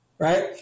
Right